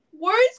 words